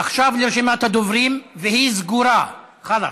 עכשיו לרשימת הדוברים, והיא סגורה, חלאס.